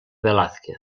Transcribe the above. velázquez